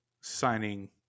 signing